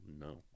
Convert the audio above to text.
No